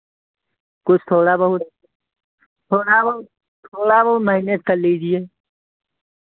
कुछ थोड़ा बहुत थोड़ा बहुत थोड़ा बहुत मैनेज कर लीजिए